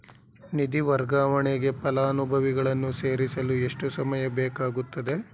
ನಿಧಿ ವರ್ಗಾವಣೆಗೆ ಫಲಾನುಭವಿಗಳನ್ನು ಸೇರಿಸಲು ಎಷ್ಟು ಸಮಯ ಬೇಕಾಗುತ್ತದೆ?